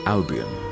Albion